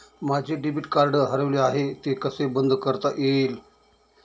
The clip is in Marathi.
माझे डेबिट कार्ड हरवले आहे ते कसे बंद करता येईल?